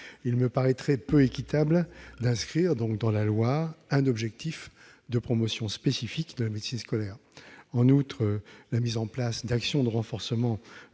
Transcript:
Il me paraîtrait peu équitable d'inscrire dans la loi un objectif de promotion spécifique de la médecine scolaire. En outre, la mise en place d'actions de renforcement